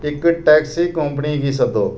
इक taxi company गी सद्दो